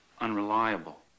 unreliable